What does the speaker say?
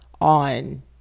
on